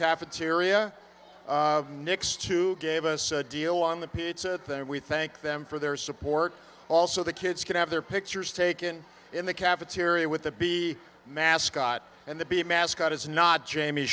cafeteria next to gave us a deal on the pizza there and we thank them for their support also the kids can have their pictures taken in the cafeteria with the b mascot and the be a mascot is not jamie